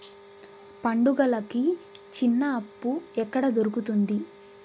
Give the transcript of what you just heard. పండుగలకి చిన్న అప్పు ఎక్కడ దొరుకుతుంది